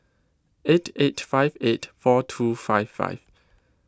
eight eight five eight four two five five